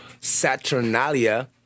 Saturnalia